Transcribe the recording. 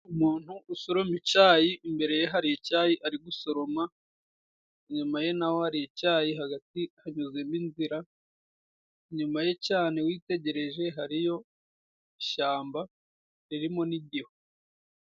Umuntu usoroma icayi imbere ye hari icyayi ari gusoroma; inyuma ye naho hari icyayi; hagati hanyuzemo inzira; inyuma ye cyane witegereje hariyo ishyamba ririmo n'igihu.